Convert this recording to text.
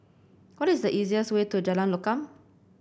what is the easiest way to Jalan Lokam